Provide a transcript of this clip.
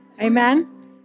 Amen